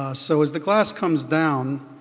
ah so as the glass comes down,